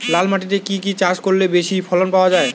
লাল মাটিতে কি কি চাষ করলে বেশি ফলন পাওয়া যায়?